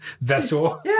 vessel